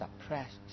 suppressed